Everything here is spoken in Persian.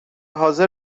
حاضر